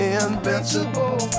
invincible